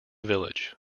village